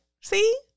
See